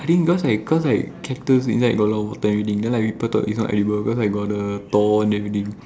I think cause like cause like cactus inside got a lot of water everything then people thought it is not edible cause got like the thorns everything